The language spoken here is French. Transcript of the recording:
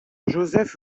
josef